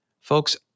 Folks